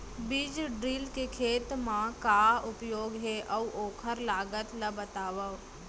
बीज ड्रिल के खेत मा का उपयोग हे, अऊ ओखर लागत ला बतावव?